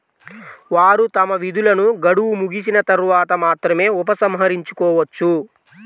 వారు తమ నిధులను గడువు ముగిసిన తర్వాత మాత్రమే ఉపసంహరించుకోవచ్చు